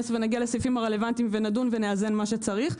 לסעיפים הרלוונטיים ונדון ונאזן מה שצריך.